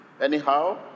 anyhow